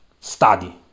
study